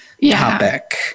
topic